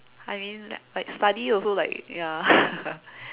I mean like study also like ya